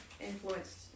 influenced